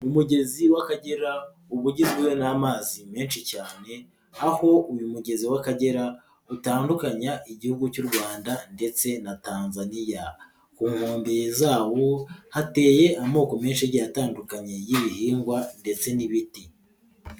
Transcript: Umugezi w'Akagera uba ugizwe n'amazi menshi cyane aho uyu mugezi w'Akagera utandukanya Igihugu cy'u Rwanda ndetse na Tanzaniya, ku nkombe zawo hateye amoko menshi agiye atandukanye y'ibihingwa ndetse n'ibiti.